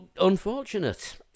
unfortunate